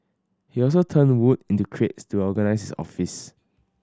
he also turned wood into crates to organise his office